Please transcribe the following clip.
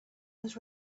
was